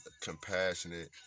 compassionate